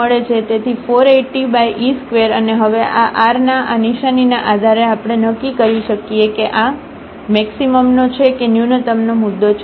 તેથી 480e2 અને હવે r ના આ નિશાનીના આધારે આપણે નક્કી કરી શકીએ કે આ મેક્સિમમનો છે કે ન્યૂનતમનો મુદ્દો છે